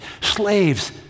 Slaves